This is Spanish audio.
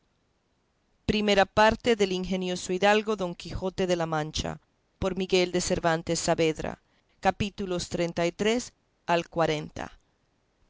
segunda parte del ingenioso caballero don quijote de la mancha por miguel de cervantes saavedra y